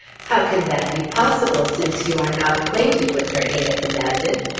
how can that be possible, since you are not acquainted with her? ada demanded.